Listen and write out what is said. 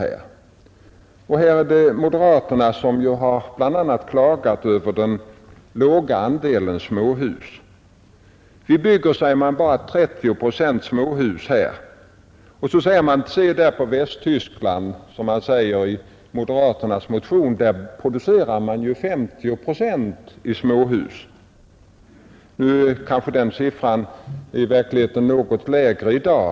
Bl.a. har moderaterna klagat över den låga andelen småhus. Vi bygger, säger de, bara 30 procent småhus. Se på Västtyskland, heter det i moderaternas motion, där producerar man 50 procent i småhus. Den siffran kanske i verkligheten är något lägre i dag.